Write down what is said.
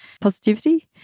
positivity